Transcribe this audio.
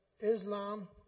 Islam